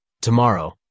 Tomorrow